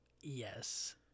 Yes